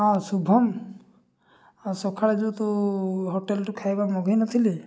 ହଁ ଶୁଭମ ସକାଳେ ଯେଉଁ ତୁ ହୋଟେଲ ଠୁ ଖାଇବା ମଗାଇନଥିଲି